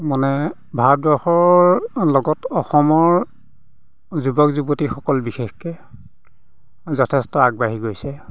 মানে ভাৰতবৰ্ষৰ লগত অসমৰ যুৱক যুৱতীসকল বিশেষকৈ যথেষ্ট আগবাঢ়ি গৈছে